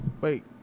wait